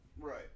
Right